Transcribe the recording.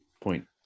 Point